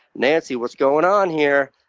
nancy, what's going on here?